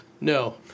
No